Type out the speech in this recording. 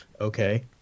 okay